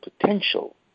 potential